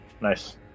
Nice